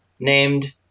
named